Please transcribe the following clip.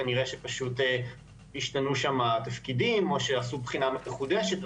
כנראה שפשוט השתנו שם התפקידים או שעשו בחינה מחודשת,